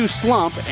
slump